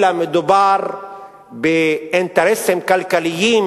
אלא מדובר באינטרסים כלכליים,